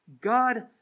God